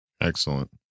Excellent